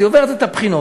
היא עוברת את הבחינות,